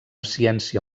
ciència